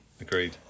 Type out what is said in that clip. Agreed